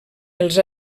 els